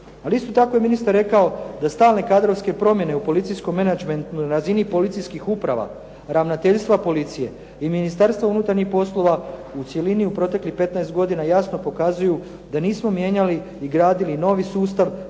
Ali isto tako je ministar rekao da stalne kadrovske promjene u policijskom menadžmentu i na razini policijskih uprava, ravnateljstva policije i ministarstva unutarnjih poslova u cjelini u proteklih 15 godina jasno pokazuju da nismo mijenjali i gradili novi sustav